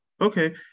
Okay